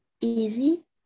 Easy